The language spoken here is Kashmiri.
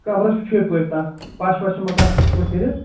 کَمرٕ چھِ فِٹ پٲٹھۍ تتھ پش وش چُھ مکانس تِتھٕ پٲٹھۍ کٔرِتھ